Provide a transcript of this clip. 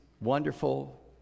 wonderful